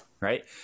right